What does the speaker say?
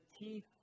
teeth